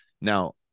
Now